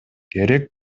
керек